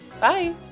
Bye